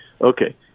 Okay